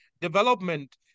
Development